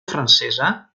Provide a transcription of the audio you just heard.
francesa